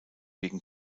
wegen